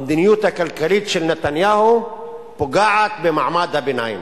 המדיניות הכלכלית של נתניהו פוגעת במעמד הביניים.